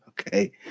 Okay